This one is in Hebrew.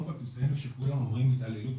קודם כל צריך לציין שכולם אומרים התעללות,